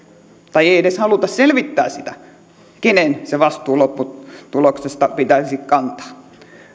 tai ei edes haluta selvittää sitä kenen se vastuu lopputuloksesta pitäisi kantaa